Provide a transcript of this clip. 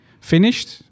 finished